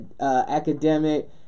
academic